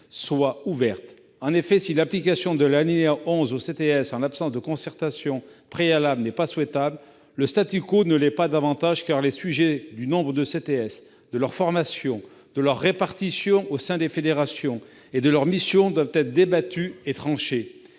soient ouvertes. En effet, si l'application de l'alinéa 11 aux CTS en l'absence de concertation préalable n'est pas souhaitable, le ne l'est pas davantage. Les questions du nombre de CTS, de leur formation, de leur répartition au sein des fédérations et de leurs missions doivent être débattues et tranchées.